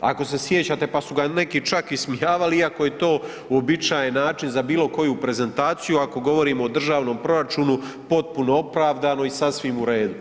ako se sjećate pa su ga neki čak ismijavali iako je to uobičajen način za bilo koju prezentaciju ako govorimo o državnom proračunu potpuno opravdano i sasvim u redu.